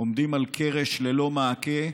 עומדים על קרש ללא מעקה,